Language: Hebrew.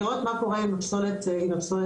לראות מה קורה עם פסולת הבניין.